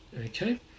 Okay